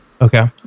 okay